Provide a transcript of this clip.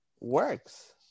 works